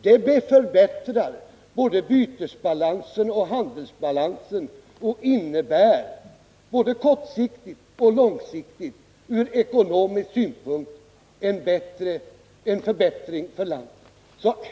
Det förbättrar både bytesbalansen och handelsbalansen och innebär, såväl kortsiktigt som långsiktigt, ur ekonomisk synpunkt en förbättring för landet.